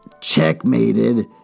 checkmated